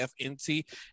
FNT